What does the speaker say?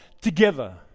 together